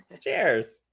Cheers